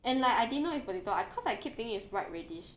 and like I didn't know is potato I because I keep thing is white radish